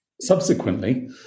Subsequently